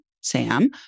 Sam